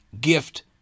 gift